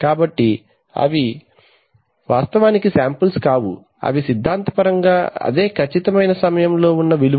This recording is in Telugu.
కాబట్టి అవి వాస్తవానికి శాంపిల్స్ కావు అవి సిద్ధాంతపరంగా అదే ఖచ్చితమైన సమయం లో ఉన్న విలువలు